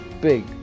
big